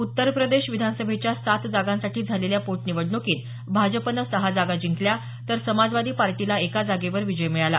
उत्तरप्रदेश विधानसभेच्या सात जागांसाठी झालेल्या पोटनिवडणुकीत भाजपनं सहा जागा जिंकल्या तर समाजवादी पार्टीला एक जागेवर विजय मिळाला